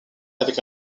avec